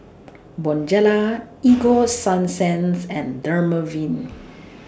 Bonjela Ego Sunsense and Dermaveen